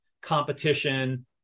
competition